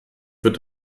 wird